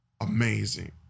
amazing